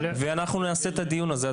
ואנחנו נעשה את הדיון הזה,